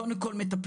קודם כל מטפלים,